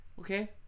Okay